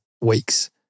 weeks